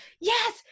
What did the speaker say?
yes